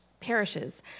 perishes